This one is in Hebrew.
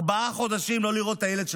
ארבעה חודשים לא לראות את הילד.